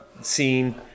scene